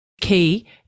key